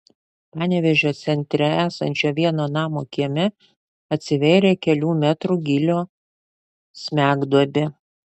panevėžio centre esančio vieno namo kieme atsivėrė kelių metrų gylio smegduobė